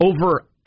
over